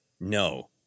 no